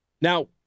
Now